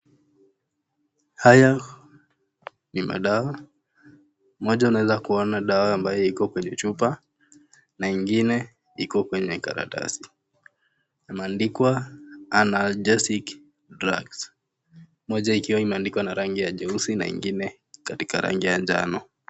Haya ni madawa, moja unaweza kuona dawa ambayo iko kwenye chupa na ingine iko kwenye karatasi imeandikwa ANALGESIC DRUGS ,moja ikiwa imeandikwa na rangi ya jeusi na ingine katika rangi ya njano.